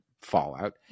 Fallout